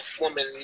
woman